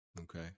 Okay